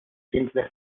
simples